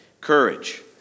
courage